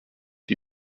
die